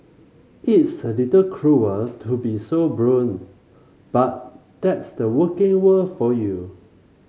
it's a little cruel to be so blunt but that's the working world for you